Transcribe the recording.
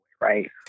right